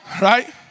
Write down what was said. Right